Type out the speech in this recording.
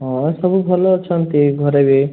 ହଁ ସବୁ ଭଲ ଅଛନ୍ତି ଘରେ ବି